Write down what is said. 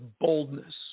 boldness